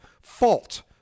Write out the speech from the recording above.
fault—